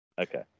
Okay